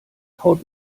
haut